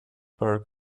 barack